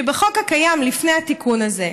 הוא שבחוק הקיים, לפני התיקון הזה,